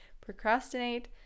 procrastinate